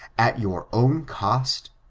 at your own cost,